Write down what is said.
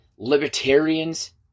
Libertarians